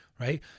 right